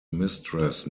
mistress